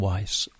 Wise